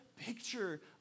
picture